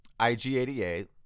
IG88